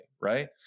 right